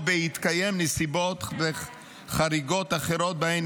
או בהתקיים נסיבות חריגות אחרות שבהן